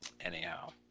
Anyhow